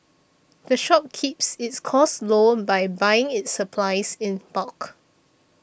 the shop keeps its costs low by buying its supplies in bulk